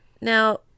Now